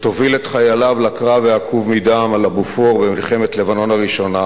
עת הוביל את חייליו לקרב העקוב מדם על הבופור במלחמת לבנון הראשונה,